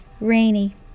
Rainy